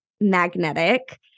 magnetic